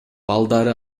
балдары